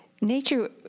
nature